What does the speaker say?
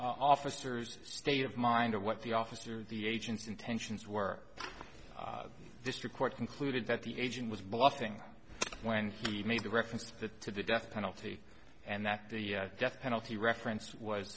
officers state of mind of what the officers the agents intentions were district court concluded that the agent was bluffing when he made the reference that to the death penalty and that the death penalty reference was